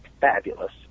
fabulous